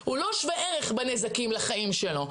הוא לא שווה ערך בנזקים לחיים שלו.